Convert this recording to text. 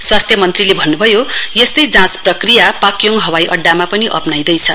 स्वास्थ्य मन्त्रीले भन्नुभयो यस्तै जाँच प्रक्रिया पाक्योङ हवाईअड्डामा पनि अप्राइँदैछ